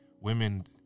Women